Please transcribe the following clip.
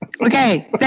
Okay